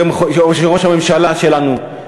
של ראש הממשלה שלנו,